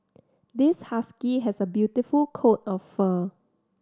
this husky has a beautiful coat of fur